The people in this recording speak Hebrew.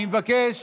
אני מבקש